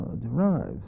derives